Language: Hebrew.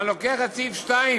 אם אני לוקח את סעיף (2)